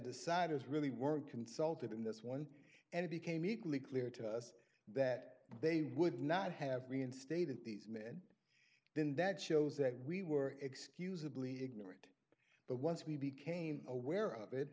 deciders really weren't consulted in this one and it became equally clear to us that they would not have reinstated these men then that shows that we were excusably ignored but once we became aware of it